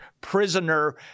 prisoner